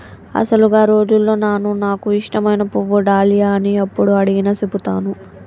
అసలు గా రోజుల్లో నాను నాకు ఇష్టమైన పువ్వు డాలియా అని యప్పుడు అడిగినా సెబుతాను